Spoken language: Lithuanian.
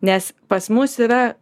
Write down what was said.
nes pas mus yra